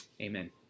Amen